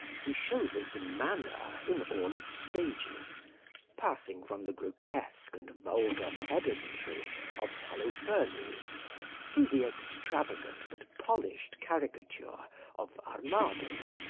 he shows us the manner in all its stages passing from the grotesque and vulgar pedantry of holofernes, through the extravagant but polished caricature of armado,